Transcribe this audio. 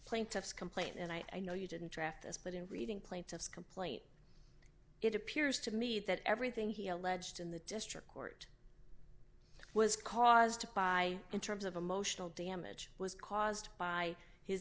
plaintiff's complaint and i know you didn't draft as but in reading plaintiff's complaint it appears to me that everything he alleged in the district court was caused by in terms of emotional damage was caused by his